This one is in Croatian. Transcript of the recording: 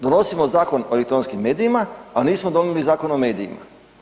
Donosimo Zakon o elektronskim medijima, a nismo donijeli Zakon o medijima.